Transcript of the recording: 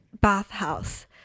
bathhouse